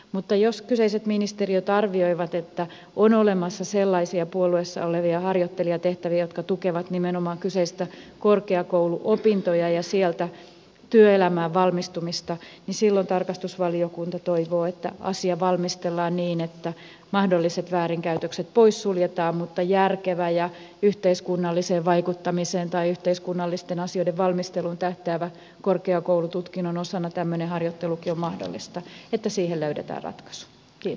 mutta jos kyseiset ministeriöt arvioivat että on olemassa sellaisia puolueessa olevia harjoittelijatehtäviä jotka tukevat nimenomaan kyseisiä korkeakouluopintoja ja sieltä työelämään valmistumista niin silloin tarkastusvaliokunta toivoo että asia valmistellaan niin että mahdolliset väärinkäytökset poissuljetaan mutta järkevä ja yhteiskunnalliseen vaikuttamiseen tai yhteiskunnallisten asioiden valmisteluun tähtäävä harjoittelu korkeakoulututkinnon osana on mahdollista ja asiaan löydetään ratkaisu